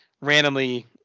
randomly